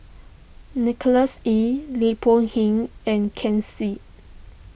Nicholas Ee Lim Boon Heng and Ken Seet